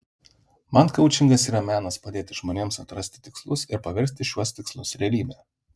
man koučingas yra menas padėti žmonėms atrasti tikslus ir paversti šiuos tikslus realybe